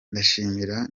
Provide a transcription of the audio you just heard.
ndashimira